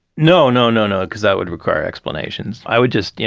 no, no, no, no, because that would require explanations. i would just, yeah